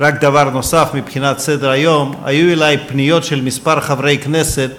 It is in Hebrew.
רק דבר נוסף מבחינת סדר-היום: היו אלי פניות של כמה חברי כנסת,